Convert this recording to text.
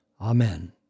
Amen